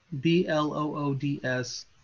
B-L-O-O-D-S